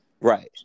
Right